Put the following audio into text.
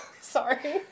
Sorry